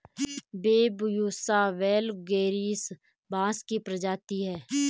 Bambusa वैलगेरिस बाँस की प्रजाति है